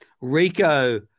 Rico